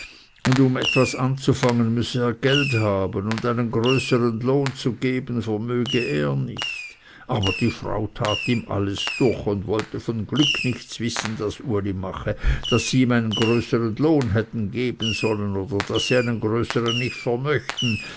und um etwas anzufangen müsse er geld haben und einen größern lohn zu geben vermöge er nicht aber die frau tat ihm alles durch und wollte von glück nichts wissen das uli mache daß sie ihm einen größern lohn hätten geben sollen oder daß sie einen größern nicht vermöchten